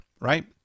right